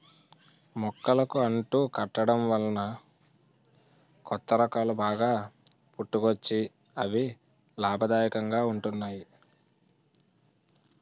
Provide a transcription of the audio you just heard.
మొక్కలకు అంటు కట్టడం వలన కొత్త రకాలు బాగా పుట్టుకొచ్చి అవి లాభదాయకంగా ఉంటున్నాయి